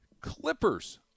Clippers